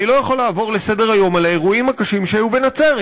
אני לא יכול לעבור לסדר-היום על האירועים הקשים שהיו בנצרת.